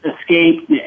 escape